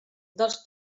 dels